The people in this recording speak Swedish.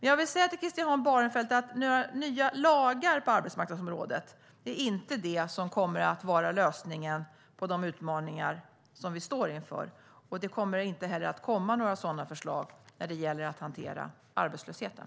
Jag vill säga till Christian Holm Barenfeld att några nya lagar på arbetsmarknadsområdet inte kommer att vara lösningen på de utmaningar som vi står inför, och det kommer inte att komma några sådana förslag när det gäller att hantera arbetslösheten.